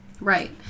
Right